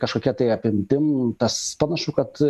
kažkokia tai apimtim tas panašu kad